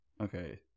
okay